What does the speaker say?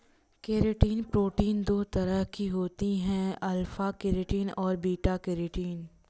keratin protein दो तरह की होती है अल्फ़ा केरेटिन और बीटा केरेटिन